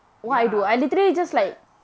ya but